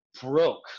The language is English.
broke